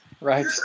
Right